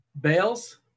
bales